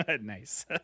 Nice